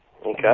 Okay